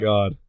God